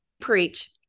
preach